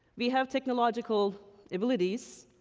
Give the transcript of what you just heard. we have technological abilities,